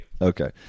Okay